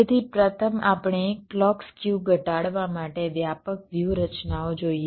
તેથી પ્રથમ આપણે ક્લૉક સ્ક્યુ ઘટાડવા માટે વ્યાપક વ્યૂહરચનાઓ જોઈએ